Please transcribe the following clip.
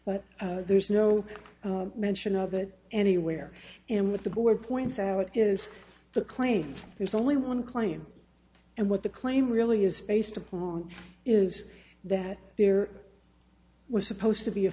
but there's no mention of it anywhere and with the board points out is the claim there's only one claim and what the claim really is based upon is that there was supposed to be a